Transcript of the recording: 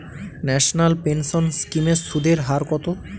National pension scheme এর সুদের হার কত?